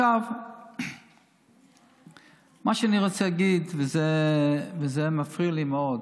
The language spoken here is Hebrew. מה שאני רוצה להגיד, וזה מפריע לי מאוד,